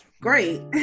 Great